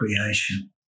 creation